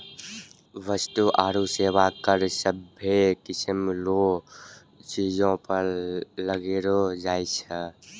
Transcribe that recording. वस्तु आरू सेवा कर सभ्भे किसीम रो चीजो पर लगैलो जाय छै